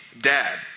dad